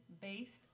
based